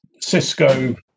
Cisco